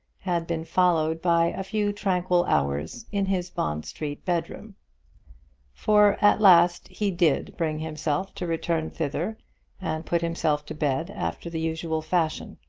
had been followed by a few tranquil hours in his bond street bedroom for at last he did bring himself to return thither and put himself to bed after the usual fashion.